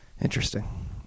Interesting